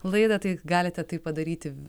laidą tai galite tai padaryti